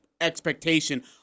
expectation